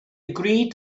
agreed